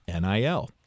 NIL